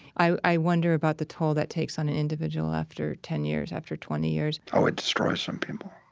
i wonder about the toll that takes on an individual after ten years, after twenty years oh, it destroys some people.